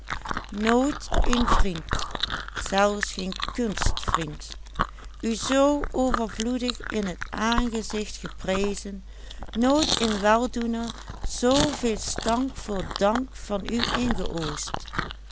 in het aangezicht geprezen nooit een weldoener zoo veel stank voor dank van u ingeoogst